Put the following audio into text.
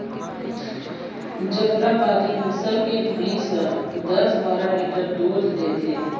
जफराबादी नसल के भईंस ह दस बारा लीटर दूद देथे